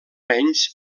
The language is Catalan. menys